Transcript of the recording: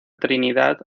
trinidad